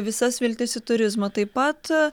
visas viltis į turizmą taip pat